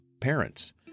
parents